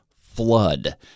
flood